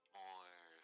more